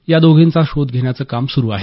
या दोघींचा शोध घेण्याचं काम सुरू आहे